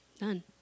None